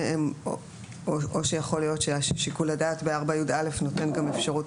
או שיכול להיות ששיקול הדעת ב-4יא נותן גם אפשרות.